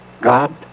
God